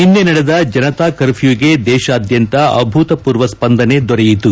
ನಿನೈ ನಡೆದ ಜನತಾ ಕರ್ಫ್ನೂಗೆ ದೇಶಾದ್ಯಂತ ಅಭೂತಪೂರ್ವ ಸ್ಲಂದನೆ ದೊರೆಯಿತು